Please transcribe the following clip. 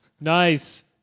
Nice